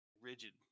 rigid